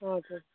हजुर